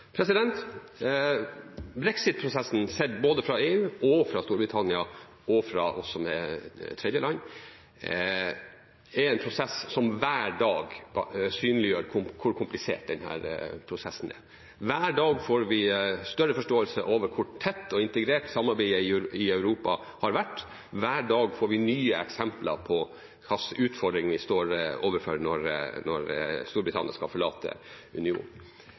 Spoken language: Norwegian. sett både fra EU, fra Storbritannia og fra oss som tredjeland, er en prosess som hver dag synliggjør hvor komplisert denne prosessen er. Hver dag får vi større forståelse for hvor tett og integrert samarbeidet i Europa har vært. Hver dag får vi nye eksempler på hva slags utfordringer vi står overfor når Storbritannia skal forlate